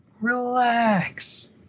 Relax